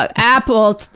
ah apple!